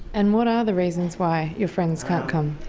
and what are the reasons why your friends can't come?